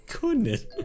Goodness